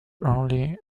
early